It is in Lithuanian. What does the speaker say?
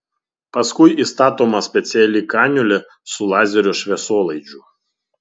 paskui įstatoma speciali kaniulė su lazerio šviesolaidžiu